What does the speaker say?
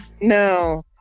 No